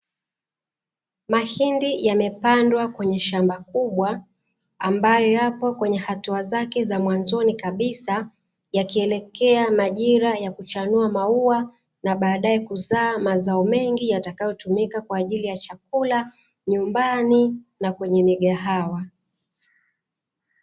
Mahindi yamepandwa kwenye shamba kubwa, ambayo yapo kwenye hatua zake za mwanzoni kabisa, yakielekea majira ya kuchanua maua na baadae kuzaa mazao mengi yatakayotumika kwa ajili ya chakula nyumbani na kwenye migahawa.